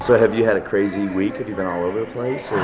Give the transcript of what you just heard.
so have you had a crazy week? have you've been all over the place?